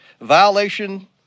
violation